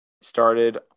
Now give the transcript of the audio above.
started